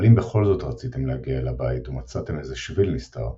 אבל אם בכל זאת רציתם להגיע אל הבית ומצאתם איזה שביל נסתר,